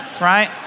Right